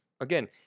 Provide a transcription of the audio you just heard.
Again